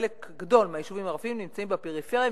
חלק גדול מהיישובים הערביים נמצאים בפריפריה.